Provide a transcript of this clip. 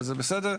וזה בסדר.